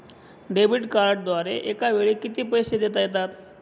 Debit कार्डद्वारे एकावेळी किती पैसे देता येतात?